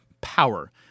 power